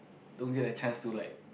don't get a chance to like